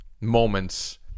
moments